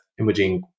imaging